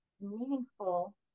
meaningful